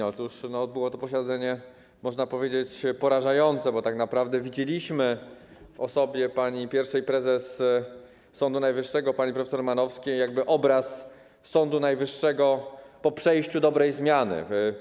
Otóż było to posiedzenie, można powiedzieć, porażające, bo tak naprawdę widzieliśmy w osobie pierwszej prezes Sądu Najwyższego pani prof. Manowskiej jakby obraz Sądu Najwyższego po przejściu dobrej zmiany.